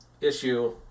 issue